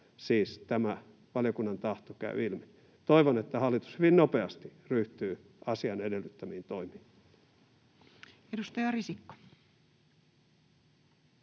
tämä valiokunnan tahto käy ilmi. Toivon, että hallitus hyvin nopeasti ryhtyy asian edellyttämiin toimiin.